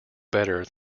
better